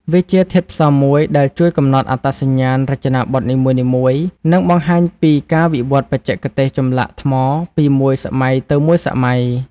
វាជាធាតុផ្សំមួយដែលជួយកំណត់អត្តសញ្ញាណរចនាបថនីមួយៗ និងបង្ហាញពីការវិវត្តន៍បច្ចេកទេសចម្លាក់ថ្មពីមួយសម័យទៅមួយសម័យ។